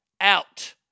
out